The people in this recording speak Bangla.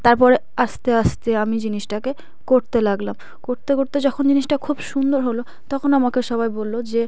তার পরে আস্তে আস্তে আমি জিনিসটাকে করতে লাগলাম করতে করতে যখন জিনিসটা খুব সুন্দর হলো তখন আমাকে সবাই বলল যে